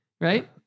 right